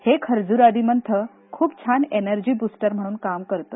हे खर्जुरादी मंथ खूप छान एनर्जी ब्रस्टर म्हणून काम करतं